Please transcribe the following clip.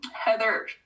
Heather